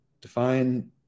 define